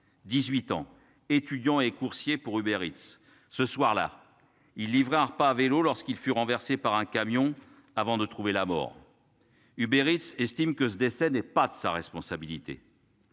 18 ans étudiant et coursier pour UberEats ce soir-là il livrer un repas à vélo lorsqu'il fut renversé par un camion avant de trouver la mort. UberEats estime que ce décès n'est pas de sa responsabilité.